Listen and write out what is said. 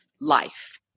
life